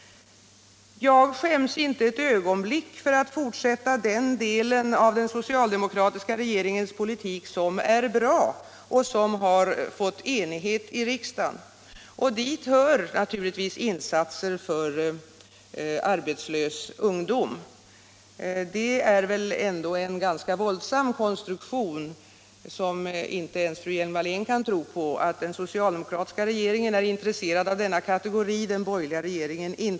Jag skäms inte ett ögonblick för att fortsätta den del av den socialdemokratiska regeringens politik som är bra och som det har rått enighet om i riksdagen. Dit hör naturligtvis insatser för arbetslös ungdom. Det är ändå en ganska våldsam konstruktion — som väl inte ens fru Hjelm-Wallén kan tro på — att påstå att den socialdemokratiska regeringen skulle ha varit intresserad av denna kategori, men inte den borgerliga regeringen.